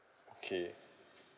okay